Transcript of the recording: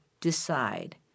decide